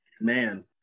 man